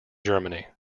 germany